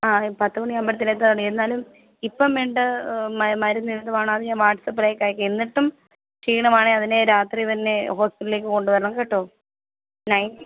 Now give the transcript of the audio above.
ആ പത്ത് മണിയാവുമ്പോഴത്തേന് എത്തിയാൽ മതി എന്നാലും ഇപ്പം വേണ്ട മ മരുന്ന് എന്തുവാണോ അത് ഞാന് വാട്ട്സാപ്പിലേക്ക് അയയ്ക്കാം എന്നിട്ടും ക്ഷീണമാണെങ്കിൽ അതിനെ രാത്രി തന്നെ ഹോസ്പിറ്റലിലേക്ക് കൊണ്ടുവരണം കേട്ടോ നൈറ്റ്